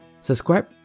Subscribe